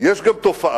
יש גם תופעה